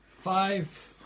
Five